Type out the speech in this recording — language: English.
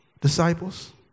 disciples